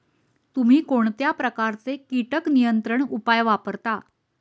तुम्ही कोणत्या प्रकारचे कीटक नियंत्रण उपाय वापरता?